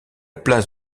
place